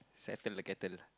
settle the kettle